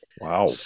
Wow